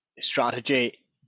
strategy